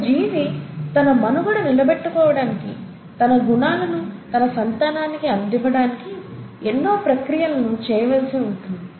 ఒక జీవి తన మనుగడ నిలబెట్టుకోవడానికి తన గుణాలను తన సంతానానికి అందివ్వటానికి ఎన్నో ప్రక్రియలను చేయవలిసి వస్తుంది